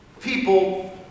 people